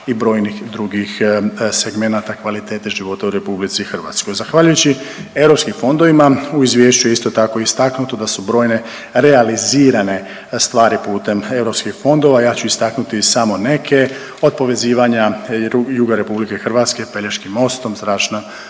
i brojnih drugih segmenata kvalitete života u Republici Hrvatskoj. Zahvaljujući europskim fondovima u izvješću je isto tako istaknuto da su brojne realizirane stvari putem europskih fondova. Ja ću istaknuti samo neke od povezivanja juga Republike Hrvatske pelješkim mostom, zračnom